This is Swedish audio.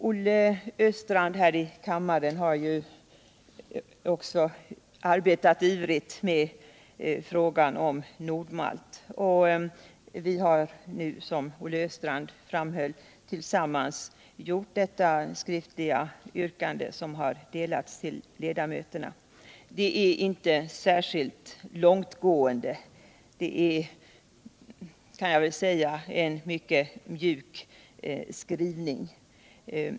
Olle Östrand har här i kammaren också arbetat ivrigt med frågan om Nord Malt. Vi har nu, som Olle Östrand framhöll, tillsammans framställt detta skriftliga yrkande som har delats ut till ledamöterna. De är inte särskilt långtgående; det är en mycket mjuk skrivning.